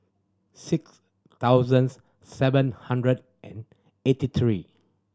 six thousands seven hundred and eighty three